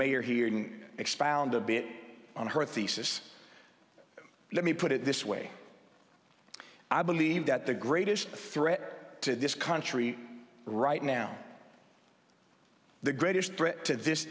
mayor hearing expound a bit on her thesis let me put it this way i believe that the greatest threat to this country right now the greatest threat to this